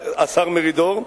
השר מרידור,